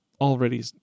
already